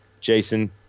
Jason